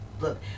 Look